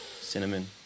Cinnamon